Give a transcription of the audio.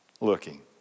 looking